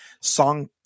Song